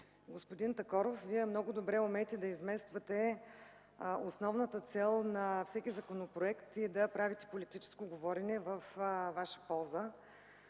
Господин Такоров, Вие много добре умеете да измествате основната цел на всеки законопроект и да правите политическо говорене във ваша полза.